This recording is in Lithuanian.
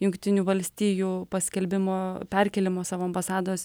jungtinių valstijų paskelbimo perkėlimo savo ambasados